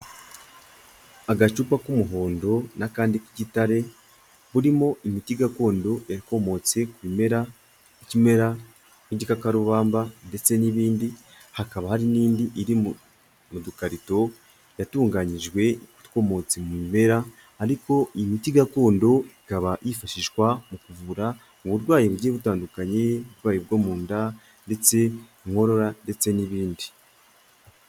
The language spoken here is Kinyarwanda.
Agacupa k'umuhondo n'akandi k'igitare burimo imiti gakondo yakomotse ku bimera, nk'ikimera nk'igikakarubamba ndetse n'ibindi hakaba hari n'indi iri mu dukarito yatunganyijwe ikomotse mu bimera ariko imiti gakondo ikaba yifashishwa mu kuvura uburwayi bugiye butandukanye uburwayi bwo mu nda ndetse inkorora ndetse n'ibindi.